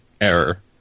error